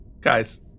guys